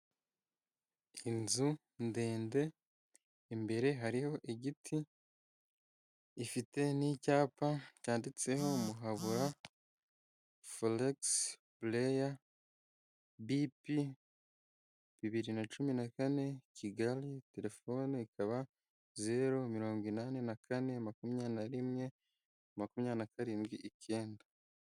Inzu ndende, imbere hariho igiti, ifite n'icyapa cyanditseho Muhabura foregisi bureya bipi bibiri na cumi na kane Kigali, telefoni ikaba zero mirongo inani na kane makumyabiri na rimwe makumyabiri na karindwi icyenda.